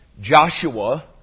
Joshua